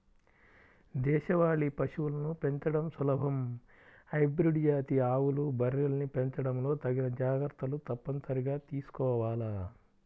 దేశవాళీ పశువులను పెంచడం సులభం, హైబ్రిడ్ జాతి ఆవులు, బర్రెల్ని పెంచడంలో తగిన జాగర్తలు తప్పనిసరిగా తీసుకోవాల